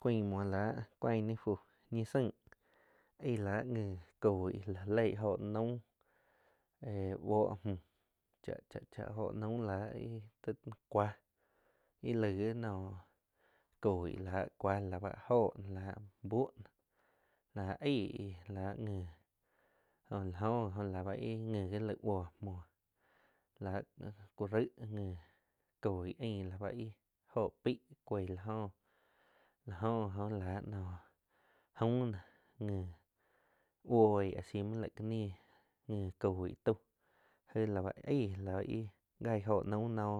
Cuain muoh láh cuain ni fu ñi tzaing aigh la nji coig la jaleí jo naum éh buoh mju cha-cha óho naum lá ih, cuah íh laig gi noh coig láh cuah la ba jo noh lah buh noh la aig ji láh nji jo la oh ji oh láh báh ih nji gi laig buoh la ku raig nji coig ain la báh ih jo peig coig la jóh la jo gi jo oh láh no aum noh nji buoig a si laih ká nih nji coig tauh aig la ba aigla ba ih jo naum noh